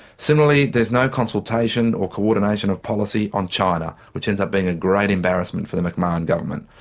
similarly there's no consultation or co-ordination of policy on china, which ends up being a great embarrassment for the mcmahon government.